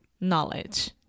knowledge